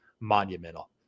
monumental